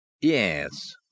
yes